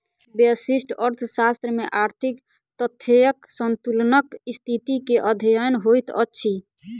व्यष्टि अर्थशास्त्र में आर्थिक तथ्यक संतुलनक स्थिति के अध्ययन होइत अछि